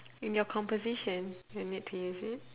in your composition you need to use it